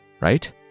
right